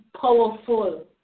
powerful